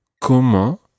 Comment